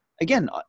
again